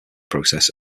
process